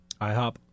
IHOP